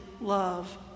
love